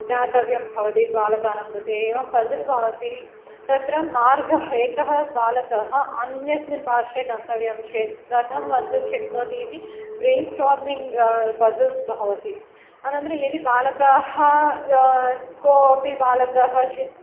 ज्ञातव्यं भवति बालकानां कृते एवं पज़ल् भवति तत्र मार्गः एकः बालकः अन्यस्मिन् पार्श्वे गन्तव्यं चेत् कथं गन्तुं शक्नोति इति ब्रैन्स्टार्मिङ्ग् पज़ल्स् भवति अनन्तरं यदि बालकाः कोऽपि बालकः चित्